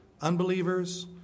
unbelievers